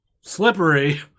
slippery